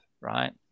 right